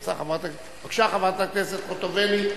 בבקשה, חברת הכנסת חוטובלי.